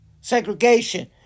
segregation